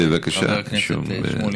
בבקשה, אין שום בעיה.